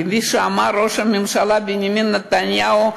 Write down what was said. כפי שאמר ראש הממשלה בנימין נתניהו,